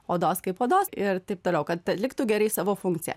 odos kaip odos ir taip toliau kad atliktų gerai savo funkciją